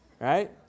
Right